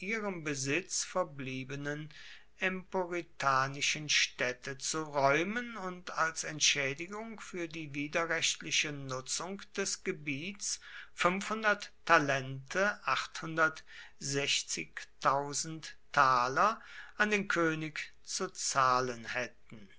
besitz verbliebenen emporitanischen städte zu räumen und als entschädigung für die widerrechtliche nutzung des gebiets talente an den könig zu zahlen hätten